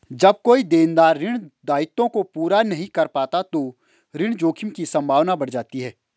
जब कोई देनदार ऋण दायित्वों को पूरा नहीं कर पाता तो ऋण जोखिम की संभावना बढ़ जाती है